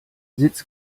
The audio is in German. sitz